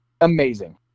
amazing